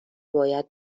باید